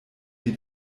die